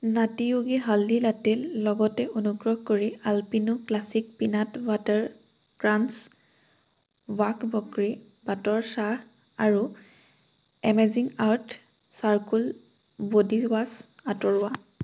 নাটী Yogi Haldi লাটেৰ লগতে অনুগ্ৰহ কৰি Alpino Classic Peanut Butter Crunch ৱাঘ বক্ৰি পাতৰ চাহ আৰু Amazing Earth Charcoal Body Wash আঁতৰোৱা